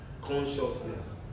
consciousness